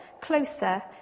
closer